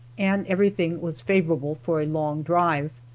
and everything was favorable for a long drive.